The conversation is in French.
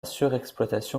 surexploitation